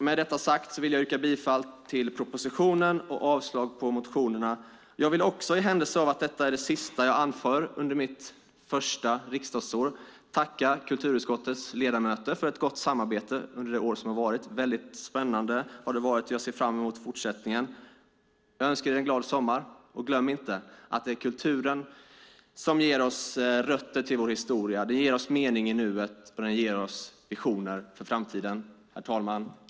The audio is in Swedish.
Med detta sagt vill jag yrka bifall till propositionen och avslag på motionerna. Jag vill också - i händelse av att detta är det sista jag anför under mitt första riksdagsår - tacka kulturutskottets ledamöter för ett gott samarbete under det år som har varit. Det har varit spännande, och jag ser fram emot fortsättningen. Jag önskar er en glad sommar. Och glöm inte att det är kulturen som ger oss rötter till vår historia, mening i nuet och visioner för framtiden! Herr talman!